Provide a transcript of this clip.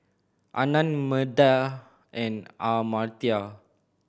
Anand Medha and Amartya